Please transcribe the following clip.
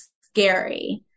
scary